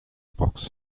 box